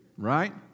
right